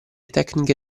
tecniche